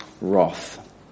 wrath